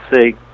see